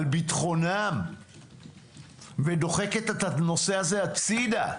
על ביטחונם ודוחקת את הנושא הזה הצידה.